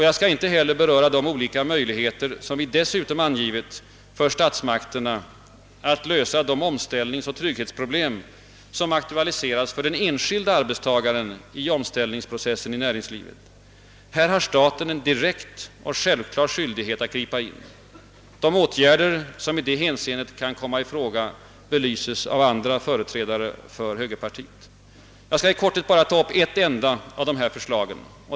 Jag skall inte heller beröra de olika möjligheter som vi dessutom angivit för statsmakterna att lösa de omställningsoch trygghetsproblem som aktualiserats för den enskilde arbetstagaren i omställningsprocessen i näringslivet. Här har staten en direkt och självklar skyldighet att gripa in. De åtgärder som i det hänseendet kan komma i fråga belyses av andra företrädare för högerpartiet. Jag skall i korthet bara ta upp ett enda av dessa förslag.